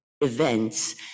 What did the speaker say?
events